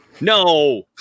No